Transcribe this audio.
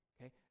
Okay